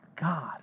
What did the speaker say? God